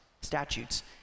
statutes